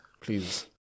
Please